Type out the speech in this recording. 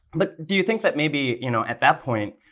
but do you think that maybe, you know, at that point,